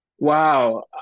Wow